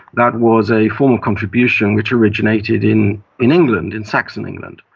that was a form of contribution which originated in in england, in saxon england.